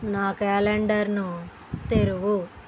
నా క్యాలెండర్ను తెరువు